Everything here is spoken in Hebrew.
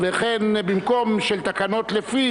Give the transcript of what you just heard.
וכן במקום ש'תקנות לפי',